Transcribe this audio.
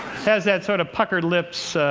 it has that sort of puckered lips,